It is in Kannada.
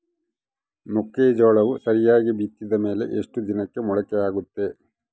ಮೆಕ್ಕೆಜೋಳವು ಸರಿಯಾಗಿ ಬಿತ್ತಿದ ಮೇಲೆ ಎಷ್ಟು ದಿನಕ್ಕೆ ಮೊಳಕೆಯಾಗುತ್ತೆ?